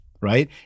right